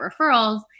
referrals